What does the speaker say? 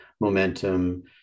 momentum